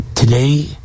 Today